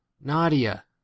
nadia